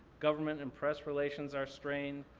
government and press relations are strained,